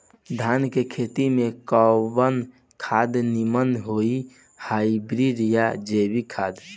धान के खेती में कवन खाद नीमन होई हाइब्रिड या जैविक खाद?